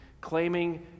claiming